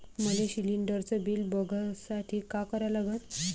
मले शिलिंडरचं बिल बघसाठी का करा लागन?